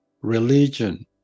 religion